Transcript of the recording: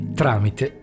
tramite